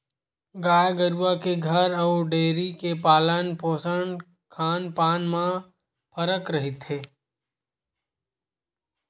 गाय गरुवा के घर अउ डेयरी के पालन पोसन खान पान म फरक रहिथे